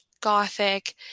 gothic